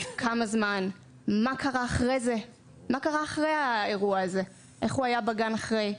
כמה זמן, מה קרה אחרי זה, איך הוא היה בגן אחרי.